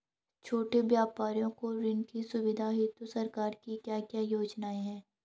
छोटे व्यापारियों को ऋण की सुविधा हेतु सरकार की क्या क्या योजनाएँ हैं?